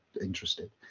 interested